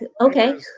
okay